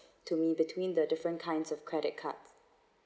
to me between the different kinds of credit cards